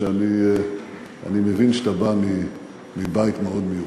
שאני מבין שאתה בא מבית מאוד מיוחד,